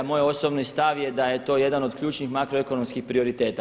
Moj osobni stav je da je to jedan od ključnih makroekonomskih prioriteta.